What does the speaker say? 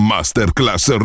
Masterclass